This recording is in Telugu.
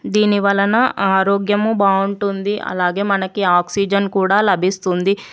దీనివలన ఆరోగ్యము బాగుంటుంది అలాగే మనకి ఆక్సిజన్ కూడా లభిస్తుంది